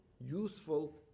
useful